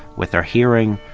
with our hearing,